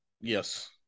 Yes